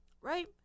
Right